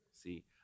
see